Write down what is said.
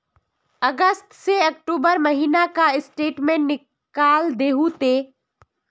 अगस्त से अक्टूबर महीना का स्टेटमेंट निकाल दहु ते?